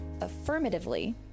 affirmatively